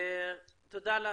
תודה לך.